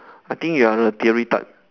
I think you are a theory type